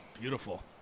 Beautiful